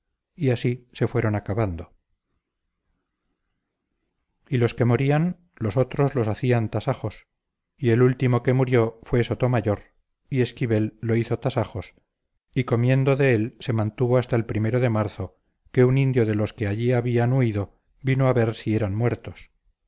y así se fueron acabando y los que morían los otros los hacían tasajos y el último que murió fue sotomayor y esquivel lo hizo tasajos y comiendo de él se mantuvo hasta primero de marzo que un indio de los que allí habían huido vino a ver si eran muertos